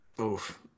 Oof